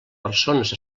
persones